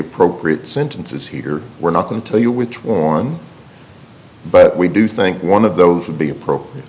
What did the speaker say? appropriate sentences here we're not going to tell you which one but we do think one of those would be appropriate